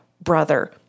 brother